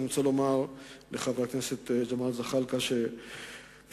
אני רוצה לומר לחבר הכנסת ג'מאל זחאלקה שבשנה